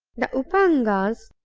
the up-angas,